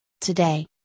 Today